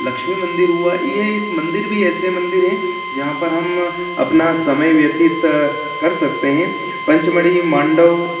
लक्ष्मी मंदिर हुआ ये एक मंदिर भी ऐसे मंदिर है जहाँ पर हम अपना समय व्यतीत कर सकते हैं पंचमणि मांडू